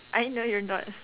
I know you're not